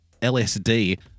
LSD